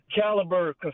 caliber